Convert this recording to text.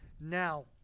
now